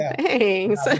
Thanks